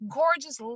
gorgeous